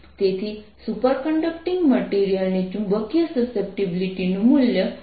તેથી superconducting material ની ચુંબકીય સસેપ્ટિબિલિટી નું મૂલ્ય 1 છે